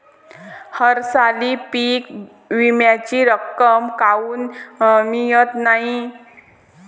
हरसाली पीक विम्याची रक्कम काऊन मियत नाई?